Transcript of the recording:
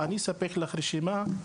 אני אספק לך רשימה.